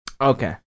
Okay